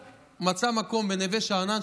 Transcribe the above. הוא מצא מקום בנווה שאנן,